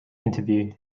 interview